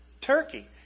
Turkey